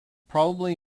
probably